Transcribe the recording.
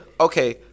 Okay